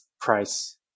price